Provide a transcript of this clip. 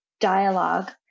dialogue